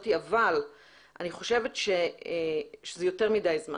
אבל אני חושבת שזה יותר מדי זמן.